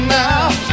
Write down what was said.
now